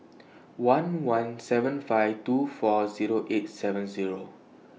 one one seven five two four Zero eight seven Zero